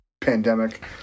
pandemic